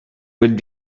would